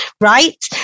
right